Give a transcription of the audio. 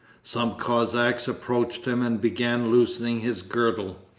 some cossacks approached him and began loosening his girdle.